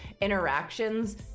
interactions